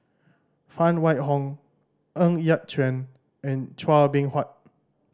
Phan Wait Hong Ng Yat Chuan and Chua Beng Huat